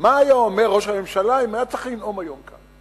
מה היה אומר ראש הממשלה אם היה צריך לנאום היום כאן,